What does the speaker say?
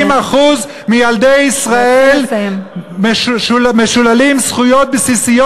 30% מילדי ישראל משוללים זכויות בסיסיות.